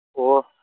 ꯑꯣ